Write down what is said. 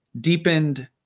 deepened